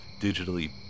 digitally